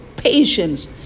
Patience